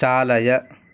चालय